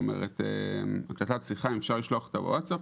אם אפשר לשלוח הקלטת שיחה בווטסאפ,